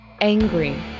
angry